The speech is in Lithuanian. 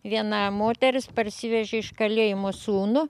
viena moteris parsivežė iš kalėjimo sūnų